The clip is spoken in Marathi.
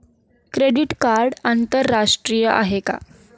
क्रेडिट कार्ड आंतरराष्ट्रीय आहे का?